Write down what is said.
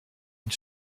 une